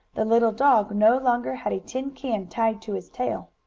the little dog no longer had a tin can tied to his tail.